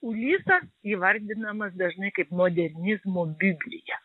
ulisas įvardinamas dažnai kaip modernizmo biblija